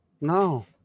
No